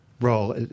role